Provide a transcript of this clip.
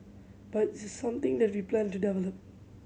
but it's something that we plan to develop